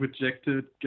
rejected